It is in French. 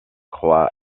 croix